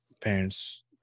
parents